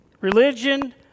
Religion